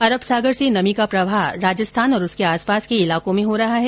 अरब सागर से नमी का प्रवाह राजस्थान और उसके आसपास के इलाकों में हो रहा है